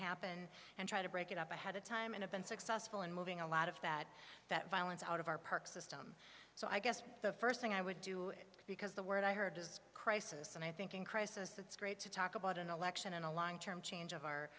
happen and try to break it up ahead of time and i've been successful in moving a lot of that that violence out of our park system so i guess the first thing i would do it because the word i heard is crisis and i think in crisis it's great to talk about an election and a long term change of our